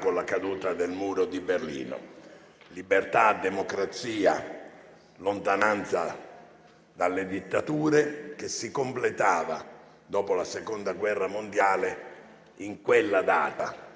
con la caduta del Muro di Berlino la libertà, la democrazia e la lontananza dalle dittature che si completava dopo la Seconda guerra mondiale in quella data.